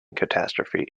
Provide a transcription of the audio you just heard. catastrophe